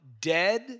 dead